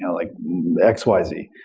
yeah like x, y, z.